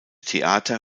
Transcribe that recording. theater